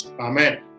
amen